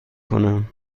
کنم